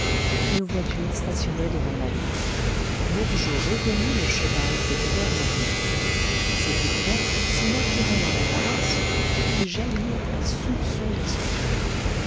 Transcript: une voiture stationnait devant l'allée bourgeot reconnut le cheval de pierre morlaix cette découverte si naturelle en apparence fit jaillir un soupçon dans son coeur